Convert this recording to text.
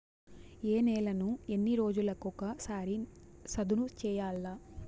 ఏ నేలను ఎన్ని రోజులకొక సారి సదును చేయల్ల?